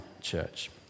church